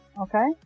okay